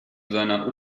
seiner